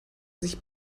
sich